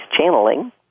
channeling